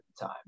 time